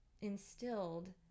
instilled